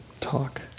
Talk